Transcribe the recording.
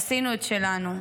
עשינו את שלנו.